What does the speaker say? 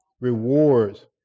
rewards